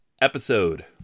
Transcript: episode